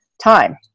time